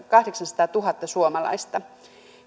kahdeksansataatuhatta suomalaista